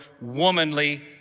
womanly